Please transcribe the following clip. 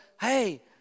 hey